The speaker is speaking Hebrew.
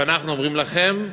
ואנחנו אומרים לכם: